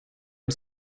and